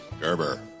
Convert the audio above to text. Gerber